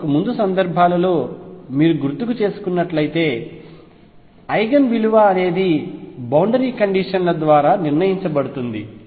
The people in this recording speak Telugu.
ఇంతకు ముందు సందర్భాలలో మీరు గుర్తు చేసుకున్నట్లైతే ఐగెన్ విలువ అనేది బౌండరీ కండిషన్ల ద్వారా నిర్ణయించబడుతుంది